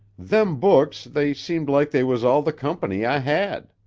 them books, they seemed like they was all the company i hed.